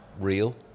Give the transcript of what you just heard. real